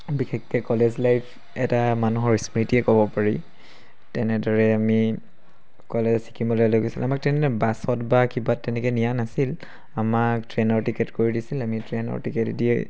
বিশেষকৈ college life এটা মানুহৰ স্মৃতি ক'ব পাৰি তেনেদৰে আমি কলেজ ছিকিমলৈ লৈ গৈছিলে আমাক তেনেকৈ বাছত বা কিবাত তেনেকৈ নিয়া নাছিল আমাক ট্ৰেইনৰ টিকেট কৰি দিছিলে আমি ট্ৰেইনৰ টিকেটেদিয়েই